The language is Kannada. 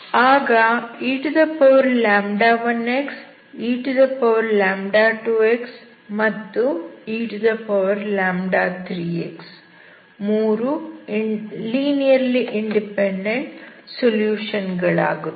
ಆಗ e1x e2x ಮತ್ತು e3x 3 ಲೀನಿಯರ್ಲಿ ಇಂಡಿಪೆಂಡೆಂಟ್ ಸೊಲ್ಯೂಷನ್ ಗಳಾಗುತ್ತವೆ